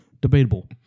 Debatable